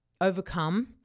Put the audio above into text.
overcome